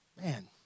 Man